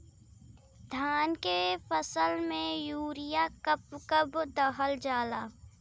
धान के फसल में यूरिया कब कब दहल जाला?